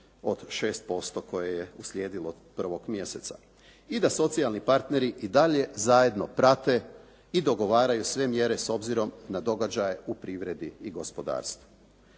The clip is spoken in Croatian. od 6% koje je uslijedilo 1. mjeseca. i da socijalni partneri i dalje zajedno prate i dogovaraju sve mjere s obzirom na događaje u privredi i gospodarstvu.